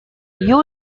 you